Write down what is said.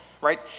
Right